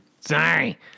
Sorry